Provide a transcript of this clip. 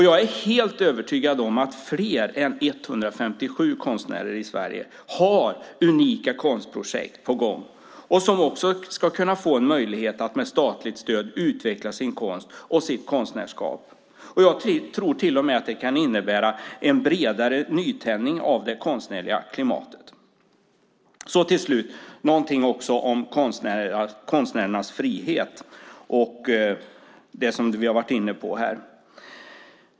Jag är helt övertygad om att fler än 157 konstnärer i Sverige har unika konstprojekt på gång som också ska få en möjlighet att med statligt stöd utveckla sin konst och sitt konstnärskap. Jag tror till och med att det kan innebära en bredare nytändning av det konstnärliga klimatet. Till slut vill jag säga någonting om konstnärernas frihet, det som vi har varit inne på.